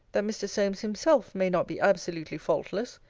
that mr. solmes himself may not be absolutely faultless.